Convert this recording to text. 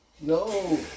No